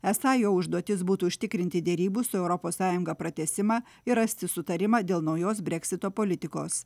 esą jo užduotis būtų užtikrinti derybų su europos sąjunga pratęsimą ir rasti sutarimą dėl naujos breksito politikos